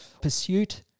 pursuit